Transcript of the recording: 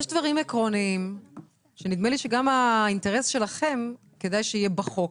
דברים עקרוניים שנדמה לי שגם האינטרס שלכם כדאי שיהיה בחוק.